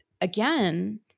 again